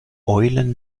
eulen